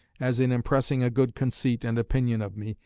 as in impressing a good conceit and opinion of me,